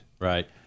Right